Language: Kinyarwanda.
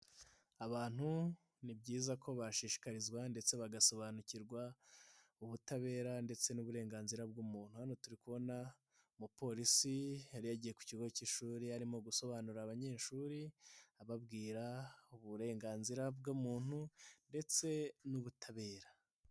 Abantu ni byiza ko bashishikarizwa ndetse bagasobanukirwa ubutabera, ndetse n'uburenganzira bw'umuntu, hano turi kubona umupolisi yari yagiye ku kigo k'ishuri arimo gusobanurira abanyeshuri ababwira uburenganzira bw'umuntu ndetse n'ubutabera.